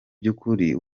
by’ukuri